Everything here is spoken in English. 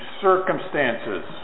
circumstances